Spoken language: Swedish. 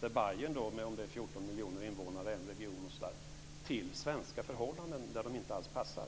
där Bayern med, tror jag, 14 miljoner invånare är en region, till svenska förhållanden där det inte alls passar.